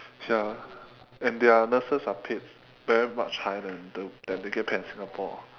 ya and their nurses are paid very much higher than the than they get paid in singapore